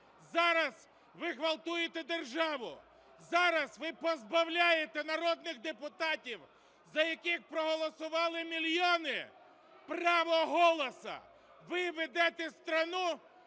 Зараз ви ґвалтуєте державу! Зараз ви позбавляєте народних депутатів, за яких проголосували мільйони, права голосу. Ви ведете страну